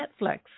Netflix